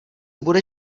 bude